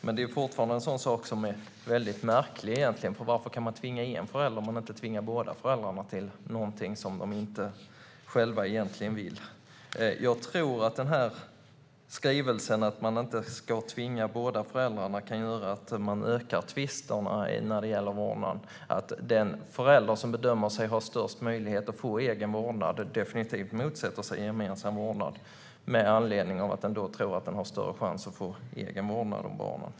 Men det är fortfarande en sak som är väldigt märklig, för varför kan man tvinga den ena föräldern till något som den själv egentligen inte vill när man inte kan tvinga båda föräldrarna? Jag tror att skrivningen att båda föräldrarna inte ska tvingas kan göra att vårdnadstvisterna ökar, att den förälder som bedömer sig ha störst möjlighet att få egen vårdnad definitivt motsätter sig gemensam vårdnad med anledning av att man då tror att man har större chans att få egen vårdnad om barnen.